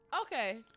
Okay